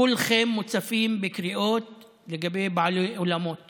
כולם מוצפים בקריאות לגבי בעלי אולמות